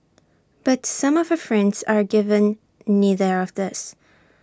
but some of her friends are given neither of these